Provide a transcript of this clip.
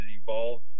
evolved